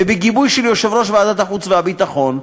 ובגיבוי של יושב-ראש ועדת החוץ והביטחון,